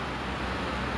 true true